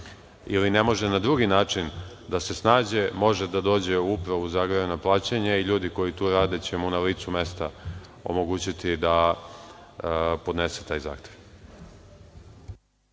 ili ne može na drugi način da se snađe može da dođe u Upravu za agrarna plaćanja i ljudi koji tu rade će mu na licu mesta omogućiti da podnese taj zahtev.